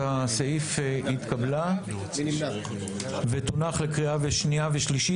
הצעת הסעיף התקבלה ותונח לקריאה שנייה ושלישית.